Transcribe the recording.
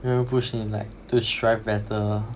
没有人 push 你 like to strive better